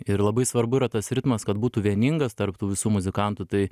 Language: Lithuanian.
ir labai svarbu yra tas ritmas kad būtų vieningas tarp tų visų muzikantų tai